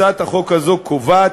הצעת החוק הזאת קובעת,